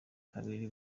kabiri